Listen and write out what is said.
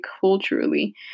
culturally